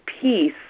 peace